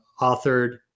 authored